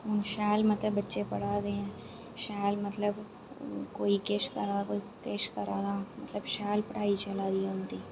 हून शैल मतलब बच्चे पढ़ै दे शैल मतलब कोई किश करा दा ते कोई किश करा दा मतलब शैल पढ़ाई चला दी उंदी